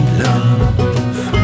love